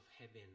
heaven